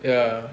ya